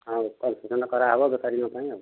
ହଁ କନସେସନ୍ କରାହବ ବେପାରୀଙ୍କ ପାଇଁ ଆଉ